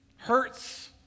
Hurts